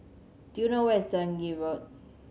do you know where is Dundee Road